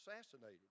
assassinated